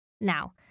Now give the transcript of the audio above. Now